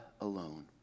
alone